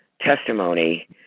testimony